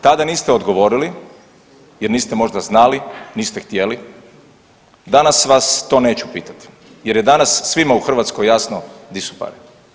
Tada niste odgovorili jer niste možda znali, niste htjeli, danas vas to neću pitati jer je danas svima u Hrvatskoj jasno di su pare.